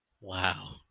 Wow